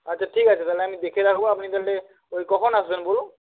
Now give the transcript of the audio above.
আচ্ছা ঠিক আছে তাহলে আমি দেখে রাখব আপনি তাহলে ওই কখন আসবেন বলুন